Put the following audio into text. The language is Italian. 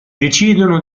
decidono